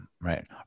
right